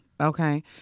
okay